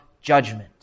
Judgment